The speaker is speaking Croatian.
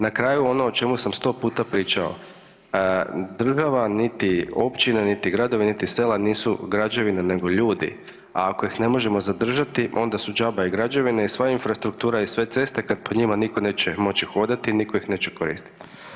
Na kraju, ono o čemu sam 100 puta pričao, država niti općine niti gradovi niti sela nisu građevine nego ljudi, a ako ih ne možemo zadržati onda su đaba i građevine i sva infrastruktura i sve ceste kad po njima nitko neće moći hodati, nitko ih neće koristiti.